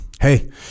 hey